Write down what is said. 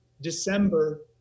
December